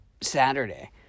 Saturday